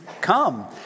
come